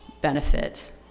benefit